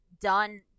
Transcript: done